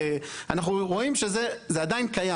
אנחנו רואים שזה עדיין קיים.